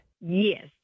Yes